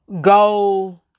go